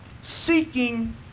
seeking